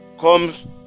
comes